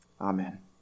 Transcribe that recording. Amen